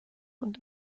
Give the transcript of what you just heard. und